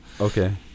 Okay